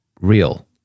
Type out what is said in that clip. real